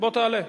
בוא תעלה,